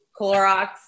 Clorox